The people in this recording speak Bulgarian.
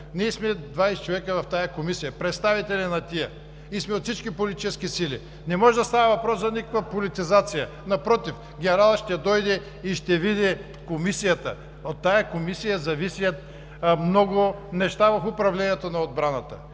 Ние сме 20 човека в тази Комисия – представители на тези хора, и сме от всички политически сили. Не може да става въпрос за никаква политизация, напротив, генералът ще дойде и ще види Комисията. От тази Комисия зависят много неща в управлението на отбраната,